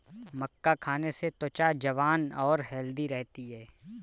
मक्का खाने से त्वचा जवान और हैल्दी रहती है